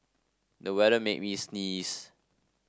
the weather made me sneeze